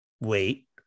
wait